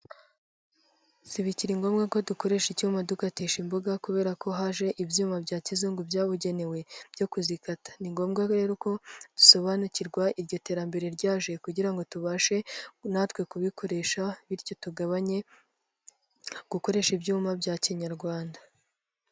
Si bikiri ngombwa ko dukoresha icyuma dukatisha imboga kubera ko haje ibyuma bya kizungu byabugenewe byo kuzikata. Ni ngombwa rero ko dusobanukirwa iryo terambere ryaje, kugira ngo tubashe natwe kubikoresha bityo tugabanye gukoresha ibyuma bya kinyarwanda.